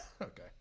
Okay